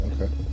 Okay